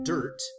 Dirt